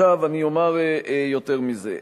עכשיו, אני אומר יותר מזה.